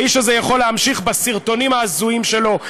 האיש הזה יכול להמשיך בסרטונים ההזויים שלו,